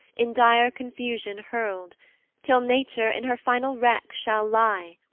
in dire confusion hurl'd till nature in her final wreck shall lie,